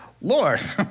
Lord